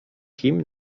kim